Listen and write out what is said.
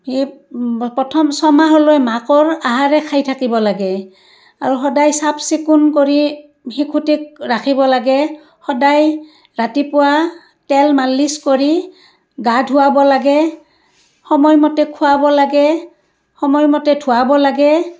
সি প্ৰথম ছমাহলৈ মাকৰ আহাৰেই খাই থাকিব লাগে আৰু সদায় চাফ চিকুণ কৰি শিশুটিক ৰাখিব লাগে সদায় ৰাতিপুৱা তেল মালিছ কৰি গা ধুৱাব লাগে সময়মতে খুৱাব লাগে সময়মতে ধুৱাব লাগে